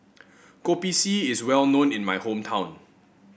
Kopi C is well known in my hometown